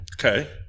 Okay